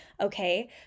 Okay